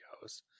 goes